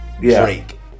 Drake